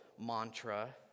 mantra